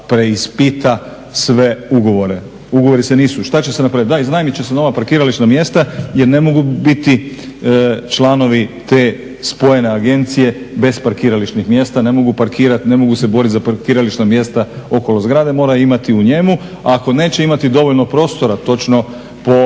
preispita sve ugovore. Ugovori se nisu, šta će se napraviti, da, iznajmiti će se nov parkirališna mjesta jer ne mogu biti članovi te spojene agencije bez parkirališnih mjesta, ne mogu parkirati, ne mogu se boriti za parkirališna mjesta okolo zgrade, mora imati u njemu. Ako neće imati dovoljno prostora, točno po